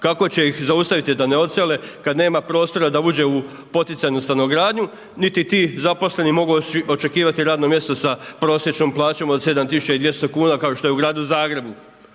Kako će ih zaustaviti da odsele kada nema prostora da uđe u poticajnu stanogradnju, niti ti zaposleni mogu očekivati radno mjesto sa prosječnom plaćom od 7200 kn kao što je u Gradu Zagrebu.